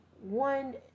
One